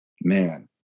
man